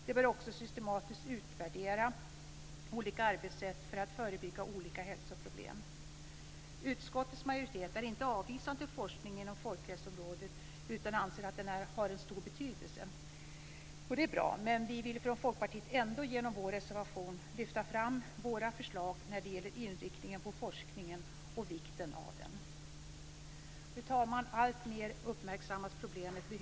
Man bör också systematiskt utvärdera olika arbetssätt för att förebygga olika hälsoproblem. Utskottets majoritet är inte avvisande till forskning inom folkhälsoområdet utan anser att den har en stor betydelse. Det är bra, men vi vill från Folkpartiets sida ändå genom vår reservation lyfta fram våra förslag när det gäller inriktningen på forskningen och vikten av den. Fru talman! Problemet med höga ljudnivåer uppmärksammas alltmer.